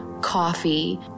coffee